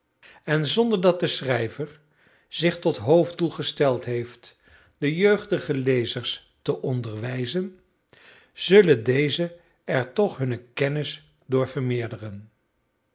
en zonder dat de schrijver zich tot hoofddoel gesteld heeft de jeugdige lezers te onderwijzen zullen deze er toch hunne kennis door vermeerderen